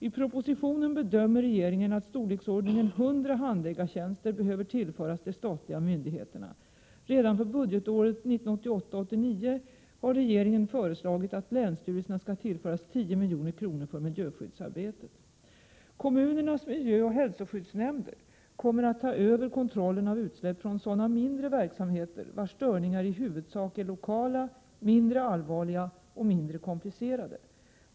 I propositionen bedömer regeringen att storleksordningen 100 handläggartjänster behöver tillföras de statliga myndigheterna. Redan för budgetåret 1988/99 har regeringen föreslagit att länsstyrelserna skall tillföras 10 milj.kr. för miljöskyddsarbetet. Kommunernas miljöoch hälsoskyddsnämnder kommer att ta över kontrollen av utsläpp från sådana mindre verksamheter vilkas störningar i huvudsak är lokala, mindre allvarliga och mindre komplicerade.